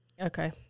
okay